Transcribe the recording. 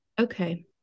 Okay